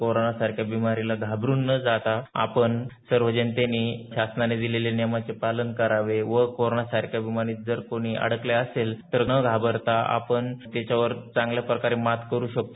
कोरोनासारख्या बिमारी ला घाबरून न जाता आपण सर्वजणतेने शासनाने घालून दिलेल्या नियमाचे पालन करावे व कोणी कोरोना सारख्या बिमारीत अडकले असेल तर न घाबरता आपण त्याच्यावर चांगल्या प्रकारे मदत करू शकतो